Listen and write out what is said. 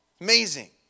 amazing